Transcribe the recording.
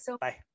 Bye